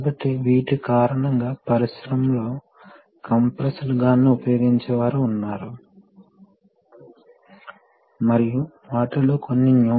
కాబట్టి మీరు ఈ క్రాస్ సెక్షనల్ ప్రాంతాన్ని తిప్పేటప్పుడు ఈ ప్రవాహాలను నిర్ణయించవచ్చు ఇది మొదటి విషయం